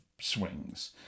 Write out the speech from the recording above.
swings